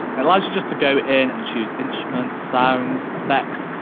allows you just to go in and choose instruments, sounds, effects,